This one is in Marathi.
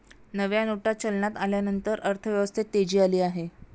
नव्या नोटा चलनात आल्यानंतर अर्थव्यवस्थेत तेजी आली आहे